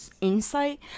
insight